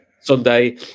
Sunday